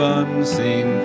unseen